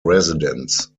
residence